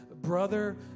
brother